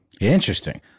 interesting